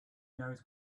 knows